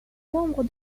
membre